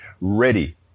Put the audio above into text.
ready